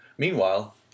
Meanwhile